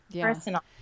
personal